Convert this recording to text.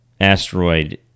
asteroid